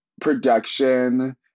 production